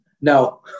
No